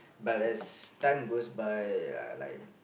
but as time goes by ya like